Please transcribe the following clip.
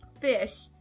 fish